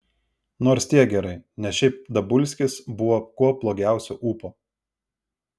nors tiek gerai nes šiaip dabulskis buvo kuo blogiausio ūpo